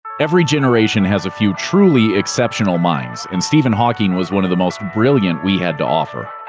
every generation has a few truly exceptional minds, and stephen hawking was one of the most brilliant we had to offer.